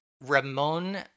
Ramon